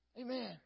Amen